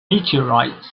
meteorites